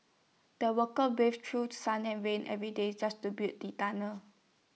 the workers braved through sun and rain every day just to build the tunnel